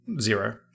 zero